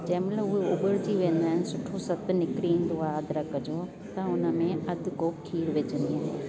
जंहिं महिल उभरजी वेंदा आहिनि सुठो सत निकरी ईंदो आहे अदरक जो त हुनमें अधु कोपु खीर विझंदी आहियां